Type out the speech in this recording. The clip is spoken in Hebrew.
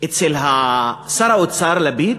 אצל שר האוצר לפיד